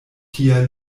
tia